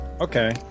Okay